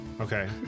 okay